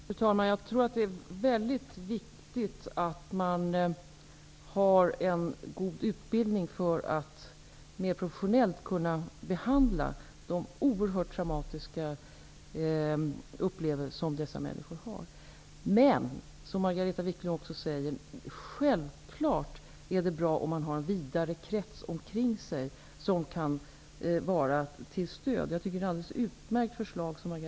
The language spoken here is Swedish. Fru talman! Jag tror att det är väldigt viktigt att man har en god utbildning, om man mer professionellt skall kunna behandla de oerhört traumatiska upplevelser som dessa människor har bakom sig. Men självfallet är det, som Margareta Viklund säger, bra om dessa människor omkring sig har en vidare krets av personer, som kan vara till stöd. Jag tycker att Margareta Viklund har ett alldeles utmärkt förslag.